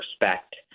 respect